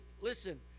Listen